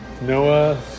Noah